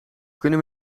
kunnen